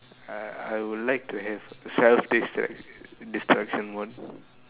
I I would like to have self destruc~ destruction mode